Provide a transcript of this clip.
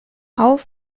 auf